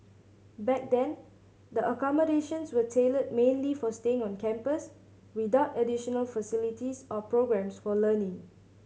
back then the accommodations were tailored mainly for staying on campus without additional facilities or programmes for learning